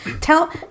Tell